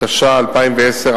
התש"ע 2010,